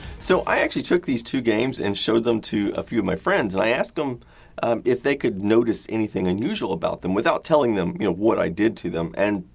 so, i actually took these two games and showed them to a few of my friends, and i asked them if they could notice anything unusual about them, without telling them you know what i did to them. and,